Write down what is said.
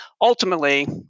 Ultimately